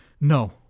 No